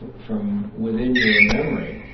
from from within your memory.